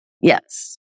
Yes